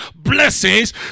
blessings